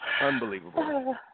Unbelievable